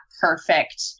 perfect